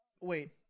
Wait